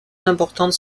importantes